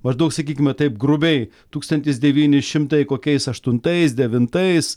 maždaug sakykime taip grubiai tūkstantis devyni šimtai kokiais aštuntais devintais